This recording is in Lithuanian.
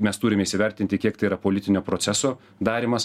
mes turime įsivertinti kiek tai yra politinio proceso darymas